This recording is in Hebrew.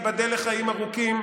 תיבדל לחיים ארוכים,